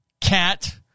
cat